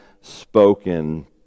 spoken